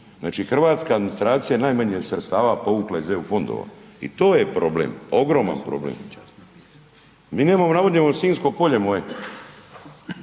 Znači hrvatska administracija je najmanje sredstava povukla iz eu fondova i to je problem, ogroman problem. Mi nemamo navodnjavano Sinjsko polje moje.